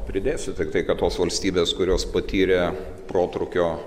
pridėsiu tiktai kad tos valstybės kurios patyrė protrūkio